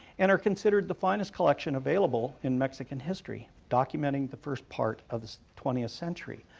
and are considered the finest collection available in mexican history, documenting the first part of the twentieth century.